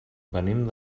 venim